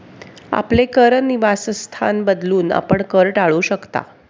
आपले कर निवासस्थान बदलून, आपण कर टाळू शकता